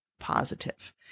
positive